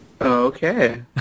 Okay